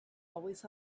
always